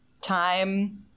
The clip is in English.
time